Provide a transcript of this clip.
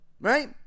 right